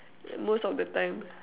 most of the time